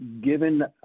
given